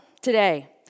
today